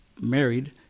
married